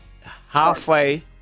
halfway